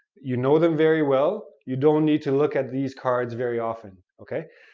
you know them very well, you don't need to look at these cards very often, okay?